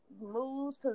moves